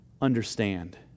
understand